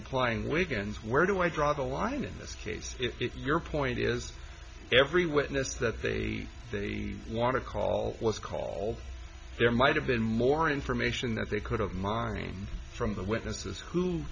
applying wigan's where do i draw the line in this case if your point is every witness that they want to call was call there might have been more information that they could have mine from the witnesses who